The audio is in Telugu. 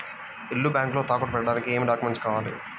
ఇల్లు బ్యాంకులో తాకట్టు పెట్టడానికి ఏమి డాక్యూమెంట్స్ కావాలి?